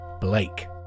Blake